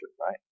right